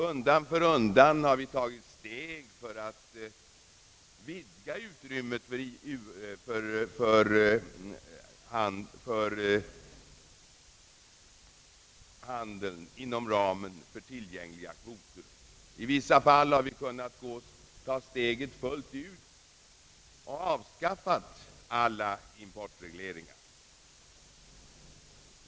Undan för undan har vi tagit steg i syfte att vidga utrymmet för handeln inom ramen för tillgängliga kvoter. I vissa fall har vi kunnat ta steget fullt ut och avskaffat alla importregleringar.